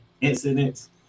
incidents